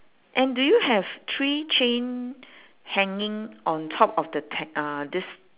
and do you have three chain hanging on top of the te~ uh this